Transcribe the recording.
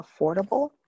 affordable